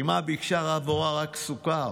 אימה ביקשה עבורה רק סוכר,